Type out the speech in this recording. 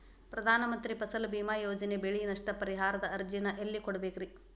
ಪ್ರಧಾನ ಮಂತ್ರಿ ಫಸಲ್ ಭೇಮಾ ಯೋಜನೆ ಬೆಳೆ ನಷ್ಟ ಪರಿಹಾರದ ಅರ್ಜಿನ ಎಲ್ಲೆ ಕೊಡ್ಬೇಕ್ರಿ?